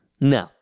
No